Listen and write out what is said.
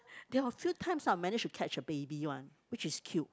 there are two types I manage to catch the baby one which is cute